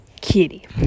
Kitty